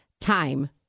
time